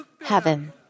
heaven